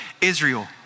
Israel